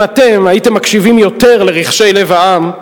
אם אתם הייתם מקשיבים יותר לרחשי לב העם,